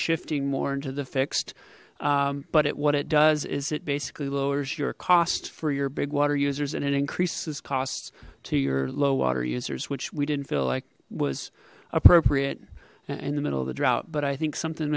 shifting more into the fixed but at what it does is it basically lowers your cost for your big water users and it increases costs to your low water users which we didn't feel like was appropriate in the middle of the drought but i think something